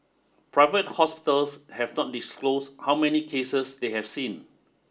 private hospitals have not disclosed how many cases they have seen